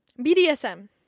bdsm